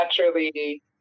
naturally